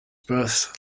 birth